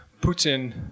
Putin